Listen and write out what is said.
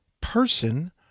person